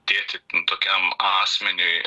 dėti tokiam asmeniui